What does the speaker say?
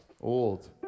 Old